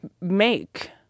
make